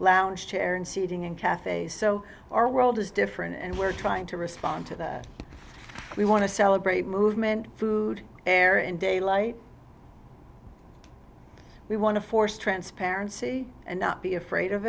lounge chair and seating in cafe so our world is different and we're trying to respond to that we want to celebrate movement food air in daylight we want to force transparency and not be afraid of